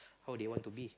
how they want to be